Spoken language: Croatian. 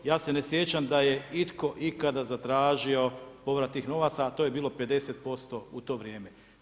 Ja se ne sjećam da je itko ikada zatražio povrat tih novaca, a to je bilo 50% u to vrijeme.